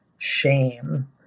shame